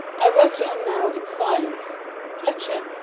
i worked on now in silence fletcher,